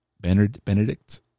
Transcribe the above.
Benedict